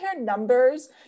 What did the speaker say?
numbers